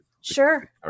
Sure